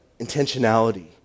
intentionality